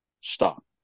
stop